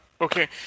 Okay